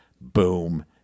Boom